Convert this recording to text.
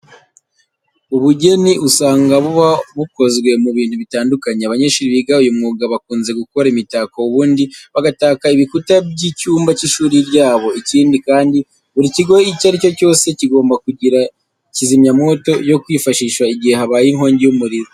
Ubugeni usanga buba bukozwe mu bintu bitandukanye. Abanyeshuri biga uyu mwuga bakunze gukora imitako ubundi bagataka ibikuta by'icyumba cy'ishuri ryabo. Ikindi kandi buri kigo icyo ari cyo cyose kigomba kugira kizimyamoto yo kwifashisha igihe habaye inkongi y'umuriro.